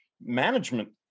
management